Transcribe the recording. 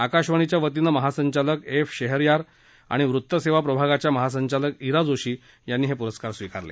आकाशवाणीच्या वतीनं महासंचालक एफ शेहेरयार आणि वृत्त सेवा प्रभागाच्या महासंचालक ईरा जोशी यांनी हे पुरस्कार स्विकारले